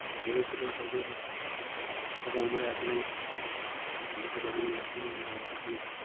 লড়েছিল তাদের কথা আমরা এখনও ভুলতে পারিনি এখনও আমরা তাদের